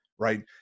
right